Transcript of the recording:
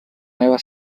meva